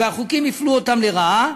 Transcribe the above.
והחוקים הפלו אותם לרעה,